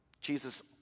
Jesus